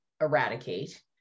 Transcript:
eradicate